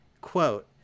Quote